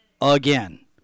again